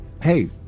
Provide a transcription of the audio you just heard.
hey